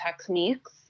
techniques